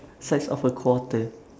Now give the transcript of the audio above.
size of a quarter